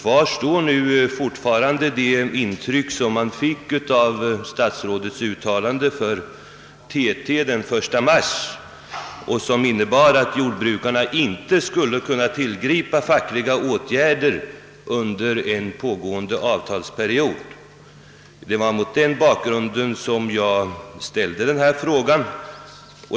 Fortfarande kvarstår det intryck man fick av det uttalande som statsrådet gjorde för TT den 1 mars och som innebar att jordbrukarna inte skulle kunna tillgripa fackliga åtgärder under en pågående avtalsperiod. Det var mot den bakgrunden som jag ställde frågan.